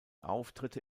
auftritte